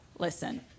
Listen